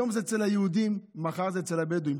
היום זה אצל היהודים, מחר זה אצל הבדואים.